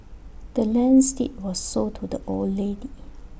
the land's deed was sold to the old lady